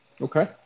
Okay